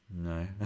No